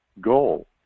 goal